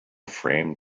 framed